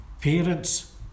parents